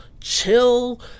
chill